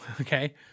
Okay